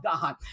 God